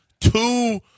two